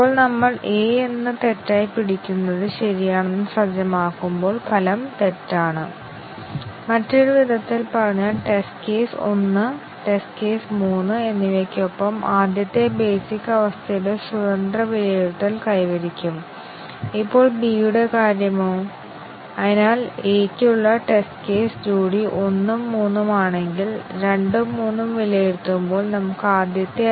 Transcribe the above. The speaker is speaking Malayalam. ഇപ്പോൾ ഞങ്ങൾ എന്തുചെയ്യുന്നു ദശലക്ഷക്കണക്കിന് ടെസ്റ്റ് കേസുകൾ എക്സിക്യൂട്ട് ചെയ്യാൻ കഴിയാത്ത ടെസ്റ്റ് കേസുകളുടെ എണ്ണം കുറവുള്ള ഒന്നിലധികം കണ്ടീഷൻ കവറേജിന്റെ സമഗ്രത നമുക്ക് എങ്ങനെ നേടാനാകും